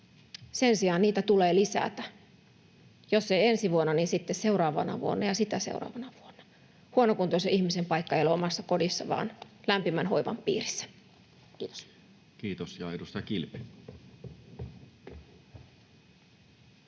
Sen sijaan niitä tulee lisätä, jos ei ensi vuonna, niin sitten seuraavana vuonna ja sitä seuraavana vuonna. Huonokuntoisen ihmisen paikka ei ole omassa kodissaan, vaan lämpimän hoivan piirissä. — Kiitos.